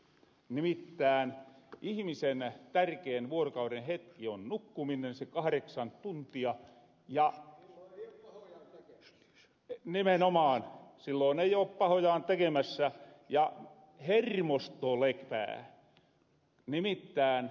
nimittään ihmisen tärkein vuorokauden hetki on nukkuminen se kahdeksan tuntia nimenomaan silloon ei oo pahojaan tekemässä ja hermosto lepää